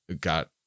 got